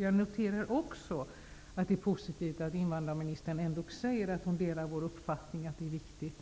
Jag noterar också det positiva i att invandrarministern ändå säger att hon delar vår uppfattning att det är viktigt